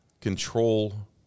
control